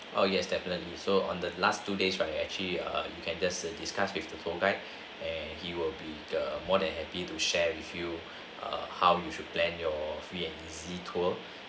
oh yes definitely so on the last two days right you actually err you can just discuss with the tour guide and he will be the more than happy to share with you ah how you should plan your free agency tour